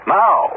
now